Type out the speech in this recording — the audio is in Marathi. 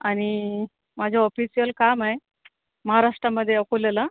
आणि माझं ऑफिशिअल काम आहे महाराष्ट्रामध्ये अकोल्याला